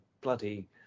bloody